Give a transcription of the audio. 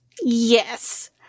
Yes